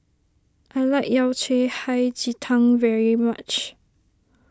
I like Yao Cai Hei Ji Tang very much